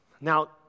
Now